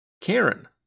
Karen